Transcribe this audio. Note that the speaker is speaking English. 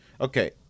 Okay